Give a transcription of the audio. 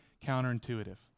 counterintuitive